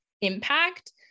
impact